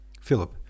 Philip